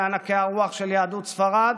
מענקי הרוח של יהדות ספרד: